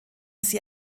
sie